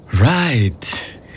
Right